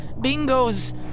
Bingo's